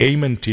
Amen